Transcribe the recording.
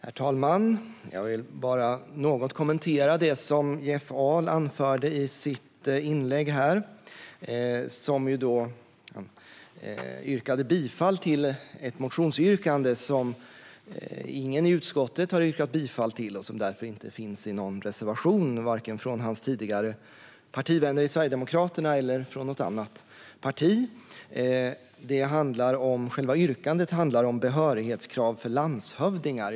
Herr talman! Jag vill bara något kommentera det som Jeff Ahl anförde i sitt inlägg. Han yrkade bifall till ett motionsyrkande som ingen i utskottet har yrkat bifall till och som därför inte finns i någon reservation från vare sig hans tidigare partivänner i Sverigedemokraterna eller ledamöter i något annat parti. Själva yrkandet handlar om behörighetskrav för landshövdingar.